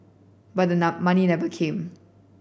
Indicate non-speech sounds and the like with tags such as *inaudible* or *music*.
but the *unintelligible* money never came